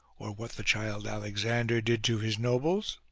or what the child alexander did to his nobles?